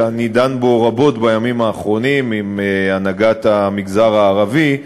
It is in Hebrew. שאני דן בו רבות בימים האחרונים עם הנהגת המגזר הערבי.